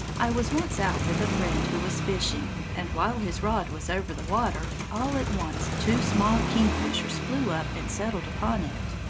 i was once out with a friend who was fishing, and while his rod was over the water, all at once two small kingfishers flew up and settled upon it.